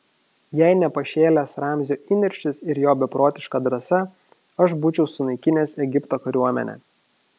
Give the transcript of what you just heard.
jei ne pašėlęs ramzio įniršis ir jo beprotiška drąsa aš būčiau sunaikinęs egipto kariuomenę